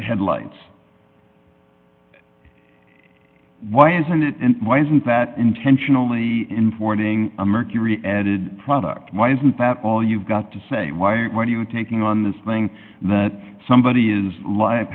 headlights why isn't it why isn't that intentionally informing a mercury edited product why isn't that all you've got to say why are you taking on this thing that somebody is l